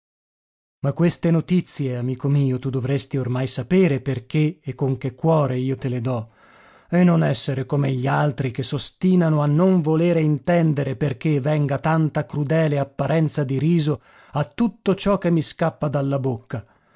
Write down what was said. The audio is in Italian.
ma queste notizie amico mio tu dovresti ormai sapere perché e con che cuore io te le do e non essere come gli altri che s'ostinano a non volere intendere perché venga tanta crudele apparenza di riso a tutto ciò che mi scappa dalla bocca